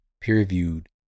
peer-reviewed